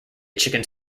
chicken